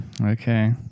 okay